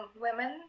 women